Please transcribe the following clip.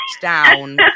down